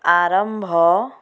ଆରମ୍ଭ